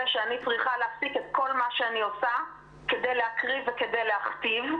שאני צריכה להפסיק את כל מה שאני עושה כדי להקריא וכדי להכתיב.